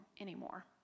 anymore